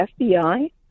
FBI